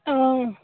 অঁ